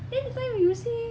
then that time you say